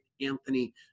Anthony